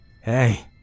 Hey